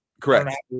correct